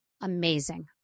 amazing